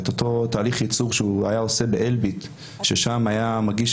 את אותו תהליך יצור שהיה עושה באלביט ששם היה מגיש